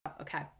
Okay